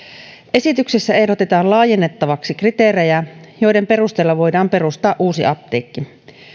esityksessä ehdotetaan laajennettavaksi kriteerejä joiden perusteella voidaan perustaa uusi apteekki